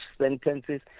sentences